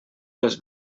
les